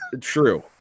True